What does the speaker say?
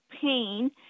pain